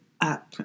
up